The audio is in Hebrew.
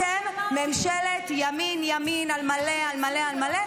אתם ממשלת ימין ימין על מלא על מלא על מלא,